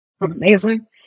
amazing